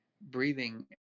Breathing